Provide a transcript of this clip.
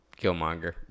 killmonger